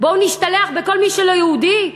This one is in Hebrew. בואו נשתלח בכל מי שלא יהודי?